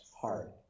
hard